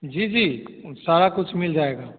जी जी ऊ सारा कुछ मिल जाएगा